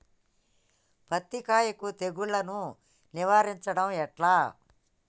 పత్తి కాయకు తెగుళ్లను నివారించడం ఎట్లా?